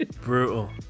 Brutal